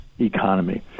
Economy